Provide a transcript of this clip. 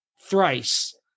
thrice